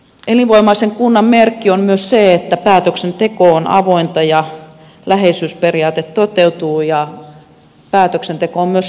elinvoimaisen kunnan merkki on myös se että päätöksenteko on avointa ja läheisyysperiaate toteutuu ja päätöksenteko on myös läpinäkyvää